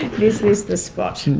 this is the spot,